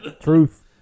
Truth